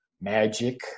magic